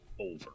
over